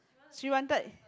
she wanted